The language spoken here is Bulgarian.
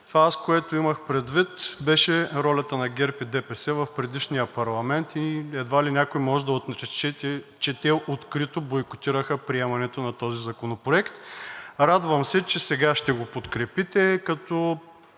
Това, което имах предвид, беше ролята на ГЕРБ и ДПС в предишния парламент и едва ли някой може да отрече, че те открито бойкотираха приемането на този законопроект. Радвам се, че сега ще го подкрепите.